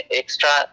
extra